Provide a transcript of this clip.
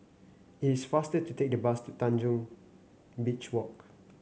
it is faster to take the bus to Tanjong Beach Walk